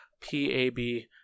p-a-b